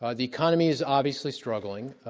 ah the economy is obviously struggling.